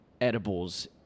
edibles